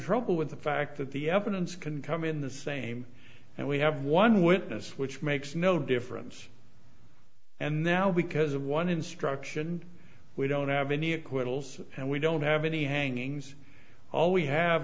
trouble with the fact that the evidence can come in the same and we have one witness which makes no difference and now because of one instruction we don't have any acquittals and we don't have any hanging's all we have